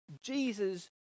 Jesus